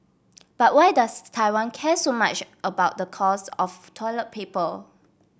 but why does Taiwan care so much about the cost of toilet papal